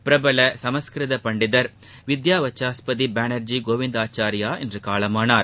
பிரபல சமஸ்கிருத பண்டிதர் வித்யாவச்சாஸ்பதி பானர்ஜி கோவிந்தாச்சார்யா இன்று காலமானார்